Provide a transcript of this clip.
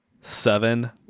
seven